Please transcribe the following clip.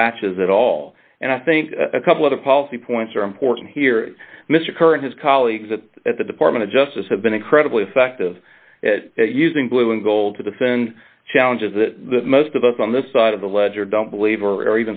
latches at all and i think a couple of policy points are important here mr kerr and his colleagues that at the department of justice have been incredibly effective using blue and gold to defend challenges the most of us on this side of the ledger don't believe or